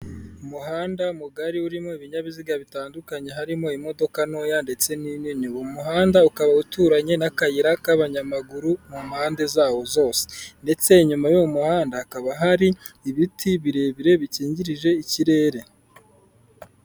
Umuhanda mugari urimo ibinyabiziga bitandukanye, harimo imodoka ntoya ndetse n'inini umuhanda ukaba uturanye n'akayira k'abanyamaguru mu mpande zawo zose ndetse inyuma y'uwo muhanda hakaba hari ibiti birebire bikingirije ikirere.